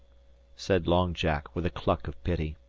said long jack, with a cluck of pity.